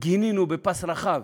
גינינו בפס רחב,